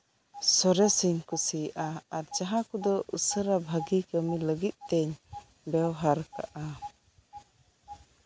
ᱥᱚᱨᱮᱥᱤᱧ ᱠᱩᱥᱤᱭᱟᱜᱼᱟ ᱟᱨ ᱡᱟᱦᱟᱸ ᱠᱚᱫᱚ ᱩᱥᱟᱹᱨᱟ ᱵᱷᱟᱜᱮᱹ ᱠᱟᱹᱢᱤ ᱞᱟᱹᱜᱤᱫ ᱛᱤᱧ ᱵᱮᱣᱦᱟᱨ ᱟᱠᱟᱫᱼᱟ